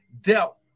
dealt